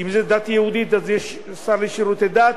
אם זו דת יהודית יש שר לשירותי דת,